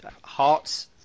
Hearts